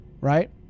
right